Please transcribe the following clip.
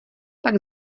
pak